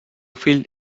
fill